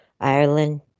Ireland